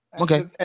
okay